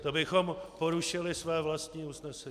To bychom porušili své vlastní usnesení.